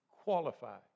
qualify